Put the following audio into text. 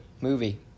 movie